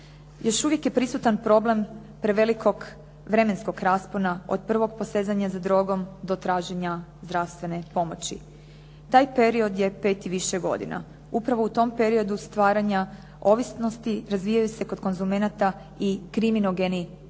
Još uvijek je prisutan problem prevelikog vremenskog raspona, od prvog posezanja za drogom, do traženja zdravstvene pomoći. Taj period je 5 i više godina. Upravo u tom periodu stvaranja ovisnosti, razvijaju se kod konzumenata i kriminogeni čimbenici.